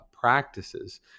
practices